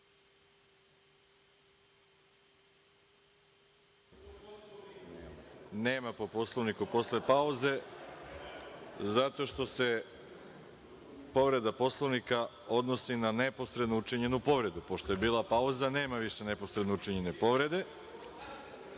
po Poslovniku posle pauze zato što se povreda Poslovnika odnosi na neposredno učinjenu povredu. Pošto je bila pauza nema više neposredno učinjene povrede.(Nemanja